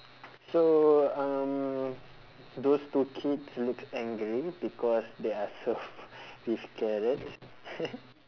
so um those two kids looks angry because they are serve with carrots